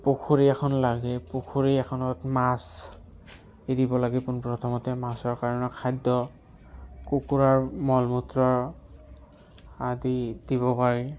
পুখুৰী এখন লাগে পুখুৰী এখনত মাছ এৰিব লাগে পোন প্ৰথমতে মাছৰ কাৰণে খাদ্য কুকুৰাৰ মল মূত্ৰ আদি দিব পাৰি